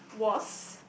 was